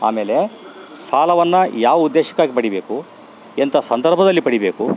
ಆಮೇಲೆ ಸಾಲವನ್ನು ಯಾವ ಉದ್ದೇಶಕ್ಕಾಗಿ ಪಡೀಬೇಕು ಎಂಥ ಸಂದರ್ಭದಲ್ಲಿ ಪಡೀಬೇಕು